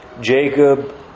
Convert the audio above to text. Jacob